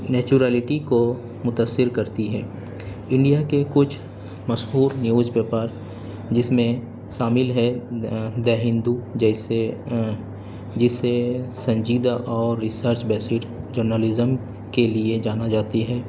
naturality کو متاثر کرتی ہے انڈیا کے کچھ مشہور نیوز پیپر جس میں شامل ہے داں دا ہندو جیسے جسے سنجیدہ اور ریسرچ بیسیڈ جرنلزم کے لیے جانا جاتی ہے